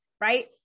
right